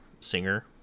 singer